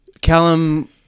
Callum